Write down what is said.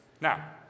Now